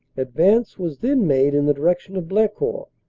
ad vance was then made in the direction of blecourt,